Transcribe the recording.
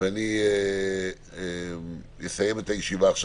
ואני אסיים את הישיבה עכשיו.